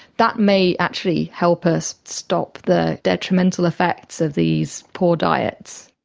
that may actually help us stop the detrimental effects of these poor diets.